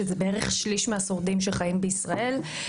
שזה בערך שליש מהשורדים שחיים בישראל,